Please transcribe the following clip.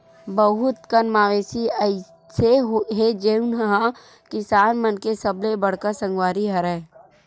बहुत कन मवेशी अइसे हे जउन ह किसान मन के सबले बड़का संगवारी हरय